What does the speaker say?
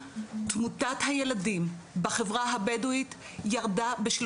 תמותת הילדים בחברה הבדואית ירדה ב-